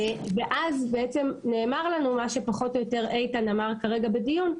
ואז בעצם נאמר לנו מה שפחות או יותר איתן אמר כרגע בדיון,